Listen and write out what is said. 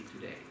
today